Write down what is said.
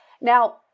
now